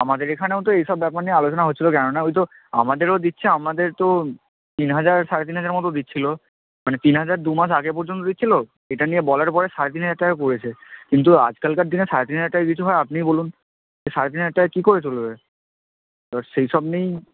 আমাদের এখানেও তো এই সব ব্যাপার নিয়ে আলোচনা হচ্ছিল কেননা ওই তো আমাদেরও দিচ্ছে আমাদের তো তিন হাজার সাড়ে তিন হাজার মতো দিচ্ছিল মানে তিন হাজার দুমাস আগে পর্যন্ত দিচ্ছিল এটা নিয়ে বলার পরে সাড়ে তিন হাজার টাকা করেছে কিন্তু আজকালকার দিনে সাড়ে তিন হাজার টাকায় কিছু হয় আপনিই বলুন যে সাড়ে তিন হাজার টাকায় কী করে চলবে এবার সেই সব নিয়েই